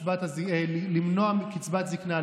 למנוע קצבת זקנה,